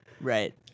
Right